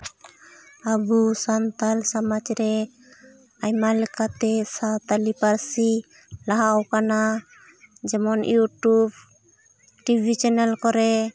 ᱟᱵᱚ ᱥᱟᱱᱛᱟᱲ ᱥᱚᱢᱟᱡᱽ ᱨᱮ ᱟᱭᱢᱟ ᱞᱮᱠᱟᱛᱮ ᱥᱟᱱᱛᱟᱲᱤ ᱯᱟᱹᱨᱥᱤ ᱞᱟᱦᱟᱣᱟᱠᱟᱱᱟ ᱡᱮᱢᱚᱱ ᱤᱭᱩᱴᱩᱯ ᱴᱤᱵᱷᱤ ᱪᱮᱱᱮᱞ ᱠᱚᱨ